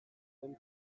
zen